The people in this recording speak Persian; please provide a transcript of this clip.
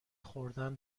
خوردن